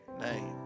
name